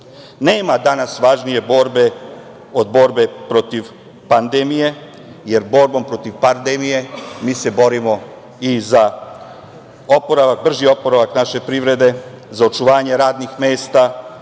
danas važnije borbe od borbe protiv pandemije, jer borbom protiv pandemije mi se borimo i za brži oporavak naše privrede, za očuvanje radnih mesta,